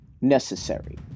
necessary